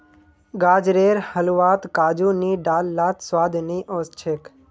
गाजरेर हलवात काजू नी डाल लात स्वाद नइ ओस छेक